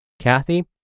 Kathy